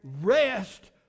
Rest